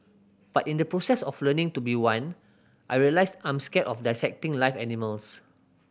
but in the process of learning to be one I realised I'm scared of dissecting live animals